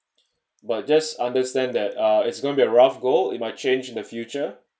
but just understand that uh it's going to be a rough goal it might change in the future